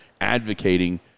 advocating